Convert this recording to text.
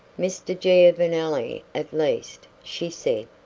mr. giovanelli, at least, she said,